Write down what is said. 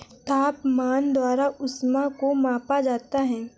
तापमान द्वारा ऊष्मा को मापा जाता है